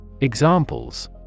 Examples